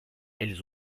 elles